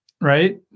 right